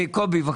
קובי.